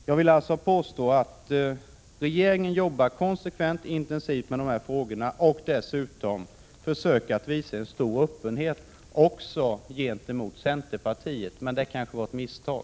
Jag vill alltså påstå att regeringen jobbar konsekvent och intensivt med dessa frågor och dessutom försöker visa stor öppenhet också gentemot centerpartiet — men det kanske var ett misstag.